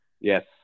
Yes